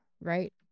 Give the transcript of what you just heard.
right